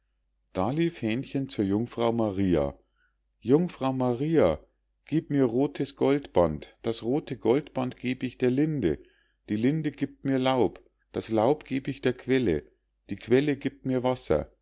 da lief hähnchen zur jungfrau maria jungfrau maria gieb mir rothes goldband das rothe goldband geb ich der linde die linde giebt mir laub das laub geb ich der quelle die quelle giebt mir wasser